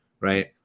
Right